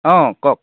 অঁ কওক